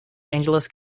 angeles